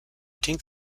think